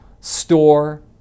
Store